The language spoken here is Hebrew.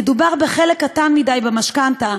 מדובר בחלק קטן מדי במשכנתה,